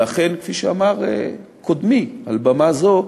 ואכן, כפי שאמר קודמי מעל בימה זאת,